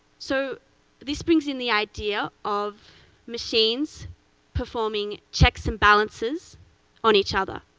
so this brings in the idea of machines performing checks and balances on each other.